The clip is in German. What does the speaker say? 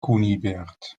kunibert